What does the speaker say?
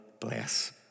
bless